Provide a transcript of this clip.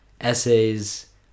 essays